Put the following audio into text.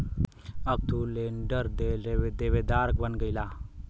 अब तू लेंडर देवेदार बन गईला